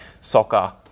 soccer